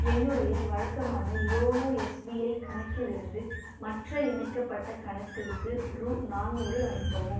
என்னுடைய வழக்கமான YONO SBI கணக்கிலிருந்து மற்ற இணைக்கப்பட்ட கணக்குக்கு ரூ நானூறு அனுப்பவும்